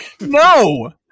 No